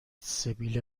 سبیل